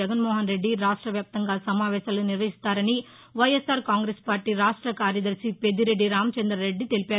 జగన్మోహన్రెడ్డి రాష్ట్రవ్యాప్తంగా సమావేశాలు నిర్వహించసున్నట్ల వైఎస్సార్ కాంగ్రెస్ పార్టీ రాష్ట కార్యదర్శి పెద్దిరెడ్డి రామచందారెడ్డి తెలిపారు